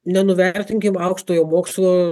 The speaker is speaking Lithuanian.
nenuvertinkim aukštojo mokslo